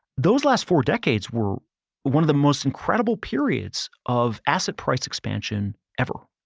those last four decades were one of the most incredible periods of asset price expansion ever,